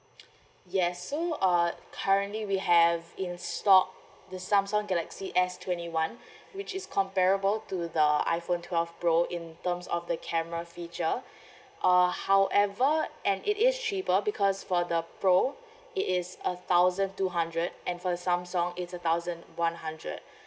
yes so uh currently we have in stock the samsung galaxy S twenty one which is comparable to the iphone twelve pro in terms of the camera feature uh however and it is cheaper because for the pro it is a thousand two hundred and for the samsung it's a thousand one hundred